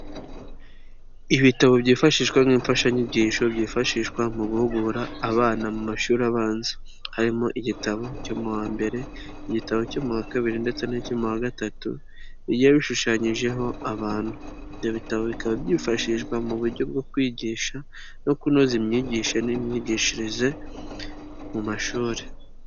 Ibitabo byifashishwa nk'imfashanyigisho byifashishwa mu guhugura abana mu mashuri abanza, harimo igitabo cyo mu wa mbere, igitabo cyo mu wa kabiri ndetse n'icyo mu wa gatatu bigiye bishushanyijeho abantu, ibyo bitabo bikaba byifashishwa mu buryo bwo kwigisha no kunoza imyigire n'imyigishirize mu mashuri.